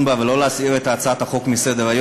בה ולא להסיר את הצעת החוק מסדר-היום.